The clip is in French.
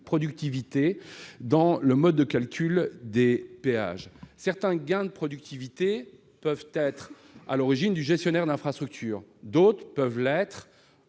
productivité dans le mode de calcul des péages ? Certains gains de productivité peuvent être dus à l'action du gestionnaire d'infrastructure ; d'autres peuvent être